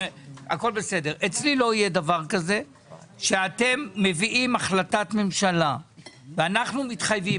אצלי לא יהיה דבר כזה שאתם מביאים החלטת ממשלה ואנחנו מתחייבים,